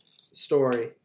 story